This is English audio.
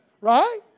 Right